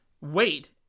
wait